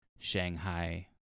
shanghai